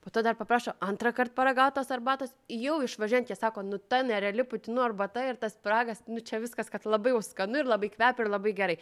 po to dar paprašo antrąkart paragaut tos arbatos jau išvažiuojant jie sako nu ta nereali putinų arbata ir tas pyragas nu čia viskas kad labai jau skanu ir labai kvepia ir labai gerai